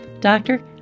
Doctor